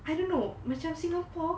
I don't know macam singapore